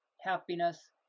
happiness